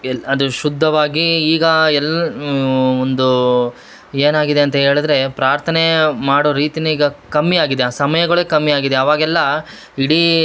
ಎಲ್ಲಿ ಅದು ಶುದ್ಧವಾಗಿ ಈಗ ಎಲ್ಲಿ ಒಂದು ಏನಾಗಿದೆ ಅಂತ ಹೇಳ್ದ್ರೆ ಪ್ರಾರ್ಥನೆಯ ಮಾಡೋ ರೀತಿನೇ ಈಗ ಕಮ್ಮಿ ಆಗಿದೆ ಆ ಸಮಯಗಳೇ ಕಮ್ಮಿ ಆಗಾಗಿದೆ ಅವಾಗೆಲ್ಲ ಇಡೀ